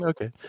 okay